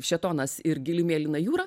šėtonas ir gili mėlyna jūra